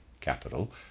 capital